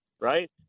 right